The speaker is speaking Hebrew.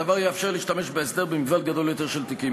הדבר יאפשר להשתמש בהסדר במגוון גדול יותר של תיקים.